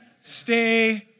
stay